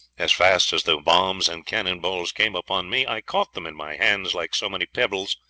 as fast as the bombs and cannon-balls came upon me, i caught them in my hands like so many pebbles,